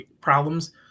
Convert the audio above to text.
problems